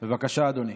בבקשה, אדוני.